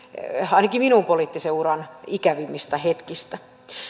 ainakin minun poliittisen urani ikävimmistä hetkistä